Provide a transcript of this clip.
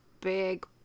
big